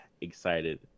excited